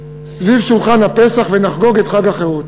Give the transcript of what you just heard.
סביב שולחן הפסח ונחגוג את חג החירות.